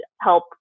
help